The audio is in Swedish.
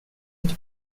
inte